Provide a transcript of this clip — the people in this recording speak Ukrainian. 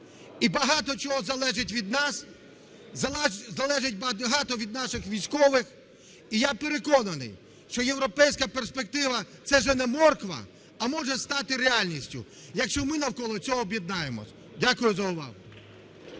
і багато чого залежить від нас, багато залежить від наших військових. І я переконаний, що європейська перспектива – це вже не морква, а може стати реальністю, якщо ми навколо цього об'єднаємося. Дякую за увагу.